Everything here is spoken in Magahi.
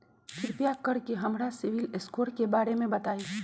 कृपा कर के हमरा सिबिल स्कोर के बारे में बताई?